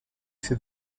fait